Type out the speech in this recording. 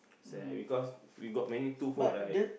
sad because we got many two hole right